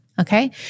Okay